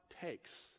takes